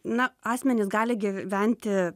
na asmenys gali gyventi